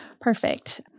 Perfect